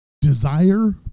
Desire